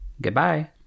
goodbye